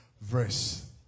verse